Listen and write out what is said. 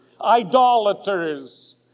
idolaters